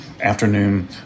afternoon